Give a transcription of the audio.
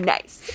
Nice